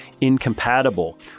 incompatible